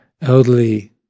elderly